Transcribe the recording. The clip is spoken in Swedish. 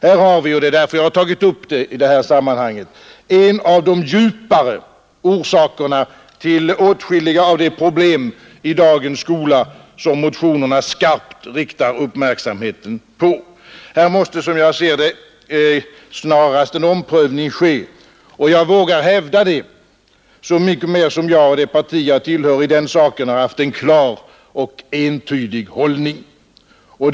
Här har vi — det är därför jag har tagit upp det i detta sammanhang — en av de djupare orsakerna till åtskilliga av de problem i dagens skola som motionerna skarpt riktat uppmärksamheten på. Här måste som jag ser det snarast en omprövning ske. Jag vågar hävda detta så mycket mer som jag och det parti jag tillhör haft en klar och entydig hållning i den frågan.